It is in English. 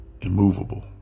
immovable